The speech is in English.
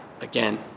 again